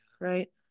Right